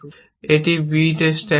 এটি b তে stack করুন